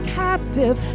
captive